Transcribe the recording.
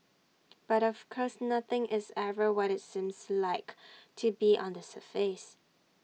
but of course nothing is ever what IT seems like to be on the surface